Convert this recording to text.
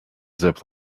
zip